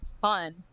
fun